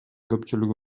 көпчүлүгү